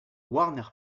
warner